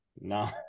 no